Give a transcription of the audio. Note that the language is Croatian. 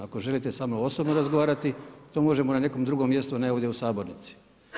Ako želite sa mnom osobno razgovarati, to možemo na nekom drugom mjestu, a ne ovdje u sabornici.